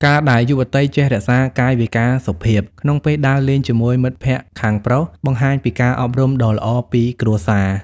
ការដែលយុវតីចេះ "រក្សាកាយវិការសុភាព" ក្នុងពេលដើរលេងជាមួយមិត្តភក្តិខាងប្រុស បង្ហាញពីការអប់រំដ៏ល្អពីគ្រួសារ។